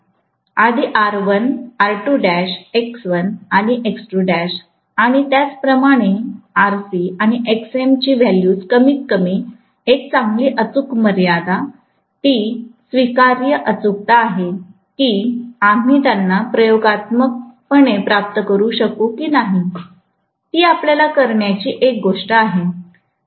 आधी R1 R2 dash X1 आणि X2 dash आणि त्याच प्रमाणे Rc आणि Xm ची व्हॅल्यूज कमीत कमी एक चांगली अचूक मर्यादा ती स्वीकार्य अचूकता आहे की आम्ही त्यांना प्रयोगात्मक पणे प्राप्त करू शकू की नाही तीआपल्याला करण्याची एक गोष्ट आहे